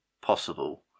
possible